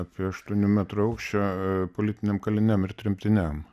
apie aštuonių metrų aukščio politiniam kaliniam ir tremtiniam